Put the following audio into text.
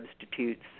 substitutes